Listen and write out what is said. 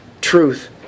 truth